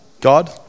God